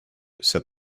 said